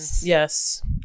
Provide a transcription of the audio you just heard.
yes